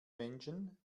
menschen